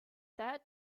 that